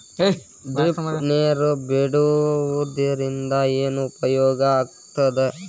Drip ನೇರ್ ಬಿಡುವುದರಿಂದ ಏನು ಉಪಯೋಗ ಆಗ್ತದ?